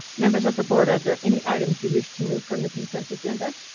members of the board. are there any items you wish to move from the consent agenda?